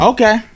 Okay